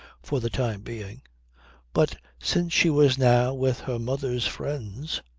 for the time being but since she was now with her mother's friends.